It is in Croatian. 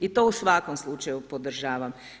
I to u svakom slučaju podržavam.